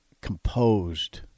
composed